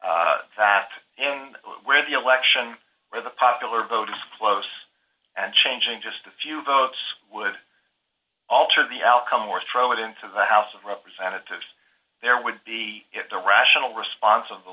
that where the election where the popular vote is close at changing just a few votes would alter the outcome or throw it into the house of representatives there would be a rational response of the